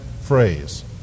phrase